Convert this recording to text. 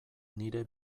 nire